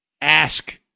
ask